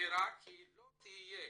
נראה כי לא תהיה